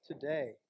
today